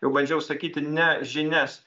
jau bandžiau sakyti ne žinias